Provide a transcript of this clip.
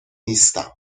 نیستم